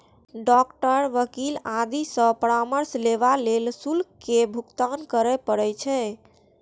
doctor, वकील आदि सं परामर्श लेबा लेल शुल्क केर भुगतान करय पड़ै छै